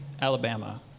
Alabama